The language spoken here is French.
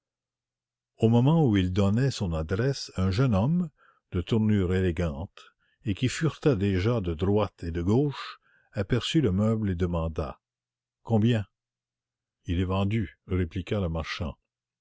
au moment où il donnait son adresse un jeune homme élégant de tournure et de mise et qui furetait déjà de droite et de gauche aperçut le meuble et demanda combien il est vendu répliqua le marchand